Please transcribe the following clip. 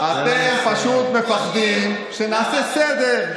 אתם פשוט מפחדים שנעשה סדר.